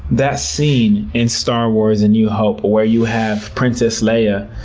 that scene in star wars a new hope, where you have princess leia,